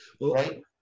right